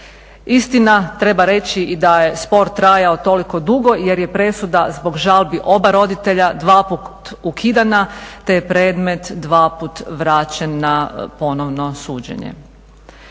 Istina treba reći i da je spor trajao toliko dugo jer je presuda zbog žalbi oba roditelja dvaput ukidana, te je predmet dvaput vraćen na ponovno suđenje.